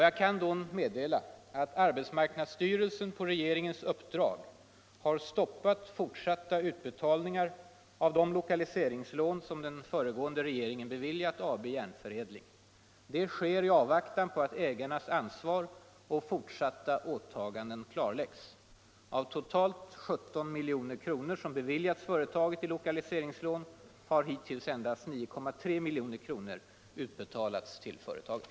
Jag kan meddela att arbetsmarknadsstyrelsen på regeringens uppdrag har stoppat fortsatta utbetalningar av de lokaliseringslån som den föregående regeringen beviljat AB Järnförädling, Detta sker i avvaktan på.att ägarnas ansvar och fortsatta åtaganden klarläggs. Av totalt 17 milj.kr. som beviljats företaget i lokaliseringslån har hittills endast 9,3 milj.kr. utbetalats till företaget.